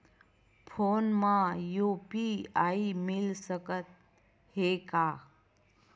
Phone मा UPI मिल सकत हे का?